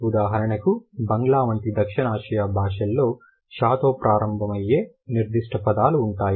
ఉదాహరణకు బంగ్లా వంటి దక్షిణాసియా భాషలో ష తో ప్రారంభమయ్యే నిర్దిష్ట పదాలు ఉంటాయి